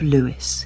Lewis